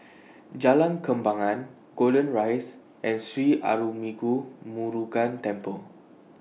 Jalan Kembangan Golden Rise and Sri Arulmigu Murugan Temple